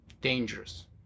dangerous